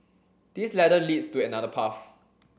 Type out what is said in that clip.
this ladder leads to another path